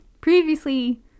previously